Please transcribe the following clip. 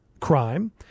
crime